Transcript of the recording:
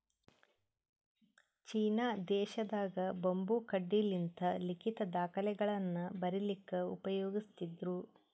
China ದೇಶದಾಗ್ bamboo ಕಡ್ಡಿಲಿಂತ್ ಲಿಖಿತ್ ದಾಖಲೆಗಳನ್ನ ಬರಿಲಿಕ್ಕ್ ಉಪಯೋಗಸ್ತಿದ್ರು